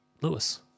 Lewis